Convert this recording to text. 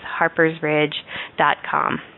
harpersridge.com